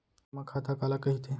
जेमा खाता काला कहिथे?